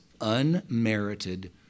unmerited